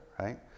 right